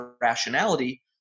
rationality